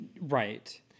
Right